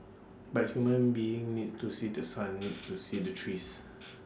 but human beings need to see The Sun need to see the trees